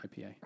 IPA